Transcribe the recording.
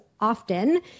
often